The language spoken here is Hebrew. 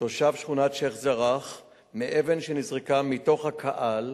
תושב שכונת שיח'-ג'ראח, מאבן שנזרקה מתוך הקהל